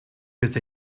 with